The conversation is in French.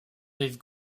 rive